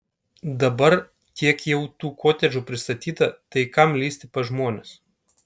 dabar tiek jau tų kotedžų pristatyta tai kam lįsti pas žmones